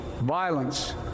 violence